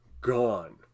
gone